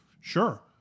Sure